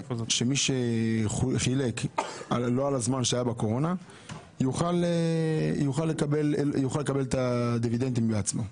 שמי שחילק לא בזמן שהייתה קורונה יוכל לקבל את הדיבידנדים לעצמו.